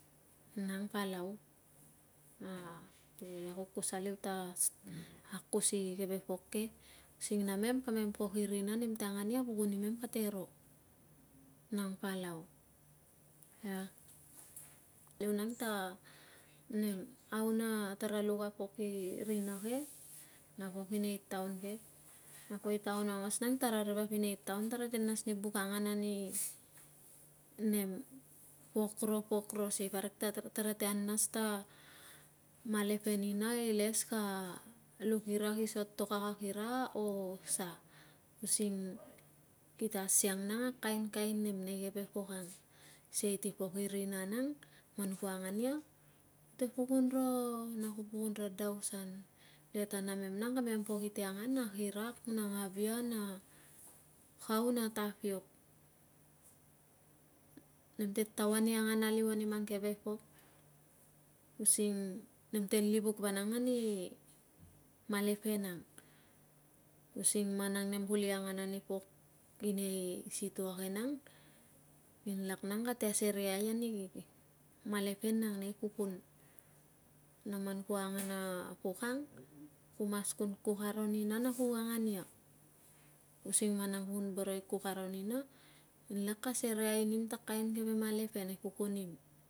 Nang palau akukus aliu ta akus i keve pok ke sing na mem kamem pok irina nemte angan ia pukun imem kte ro nng palu liunang t nem au nng tar luk a pok rina ke na pok i nei taun ke no poi i taun nang tawa ri vap i nei taun tawa te nas mi buk angan ni nian pok ropok ro sei parik tara te la nas ta malapen ina iles ka luk ma kisotok a kakira or sasi kita siang nang a kain kain en nei pok ang sei ti pok irina man kute angan ia nang kute pukun ro na ku pukun ro dasan de ta namen nag kirak na ngavia na kau n tapiok nem te taun ni angan aliu mi mang keve pok using mem te livuk vanang ami mala peng ang using mang nem uli angan mi pok i nei sitaua nang nginlak na kate aseneai nang mi malapam nang i nei pukun many mang ku angan nang a pok ang ku mas kun kuk aro nang ia na ku angan using mang nang ku boro i kuk aro ma nginlak ka asereiai nnim to kave kain keve malapen e pukun im